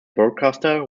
broadcaster